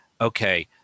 okay